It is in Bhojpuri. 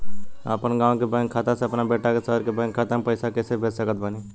हम अपना गाँव के बैंक खाता से अपना बेटा के शहर के बैंक खाता मे पैसा कैसे भेज सकत बानी?